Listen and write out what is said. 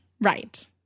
Right